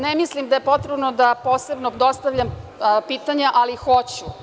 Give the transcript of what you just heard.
Ne mislim da je potrebno da posebno dostavljam pitanja, ali hoću.